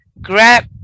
Grab